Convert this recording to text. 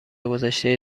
گذشته